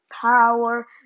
power